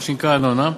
מה שנקרא אנונה,